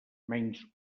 menys